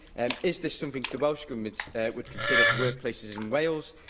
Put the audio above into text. and is this something the welsh government would consider for workplaces in wales?